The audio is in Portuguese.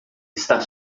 estar